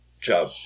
job